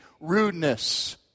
rudeness